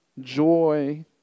joy